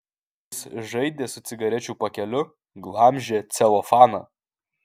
jis žaidė su cigarečių pakeliu glamžė celofaną